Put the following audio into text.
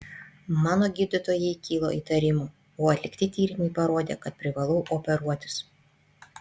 mano gydytojai kilo įtarimų o atlikti tyrimai parodė kad privalau operuotis